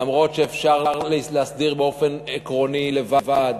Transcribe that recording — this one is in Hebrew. אף-על-פי שאפשר להסדיר באופן עקרוני לבד.